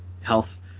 health